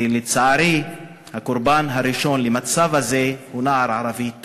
ולצערי הקורבן הראשון של המצב הזה הוא נער ערבי תמים,